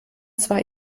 zwar